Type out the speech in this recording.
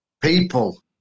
people